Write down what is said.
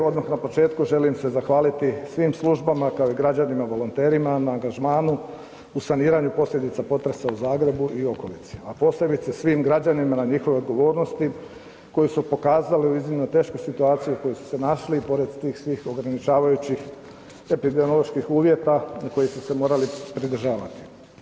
Odmah na počeku želim se zahvaliti svim službama, kao i građanima, volonterima na angažmanu u saniraju posljedica potresa u Zagrebu i okolici, a posebice svim građanima na njihovoj odgovornosti koju su pokazali u iznimno teškim situaciji u kojoj su se našli i pored tih svih ograničavajućih epidemioloških uvjeta i kojih su se morali pridržavati.